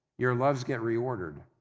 your loves get reordered.